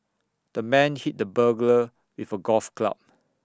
the man hit the burglar with A golf club